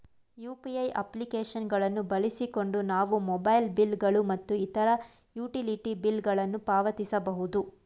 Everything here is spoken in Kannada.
ಯು.ಪಿ.ಐ ಅಪ್ಲಿಕೇಶನ್ ಗಳನ್ನು ಬಳಸಿಕೊಂಡು ನಾವು ಮೊಬೈಲ್ ಬಿಲ್ ಗಳು ಮತ್ತು ಇತರ ಯುಟಿಲಿಟಿ ಬಿಲ್ ಗಳನ್ನು ಪಾವತಿಸಬಹುದು